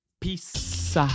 Peace